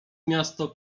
miasto